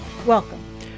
Welcome